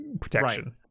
protection